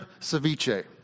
ceviche